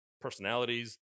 personalities